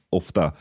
ofta